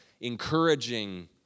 encouraging